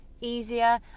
easier